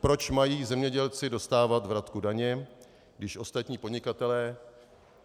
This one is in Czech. Proč mají zemědělci dostávat vratku daně, když ostatní podnikatelé